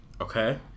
Okay